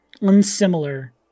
unsimilar